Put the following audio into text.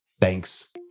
Thanks